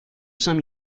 saint